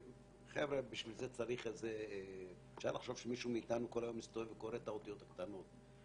אפשר לחשוב שמישהו מאיתנו קורא את האותיות הקטנות.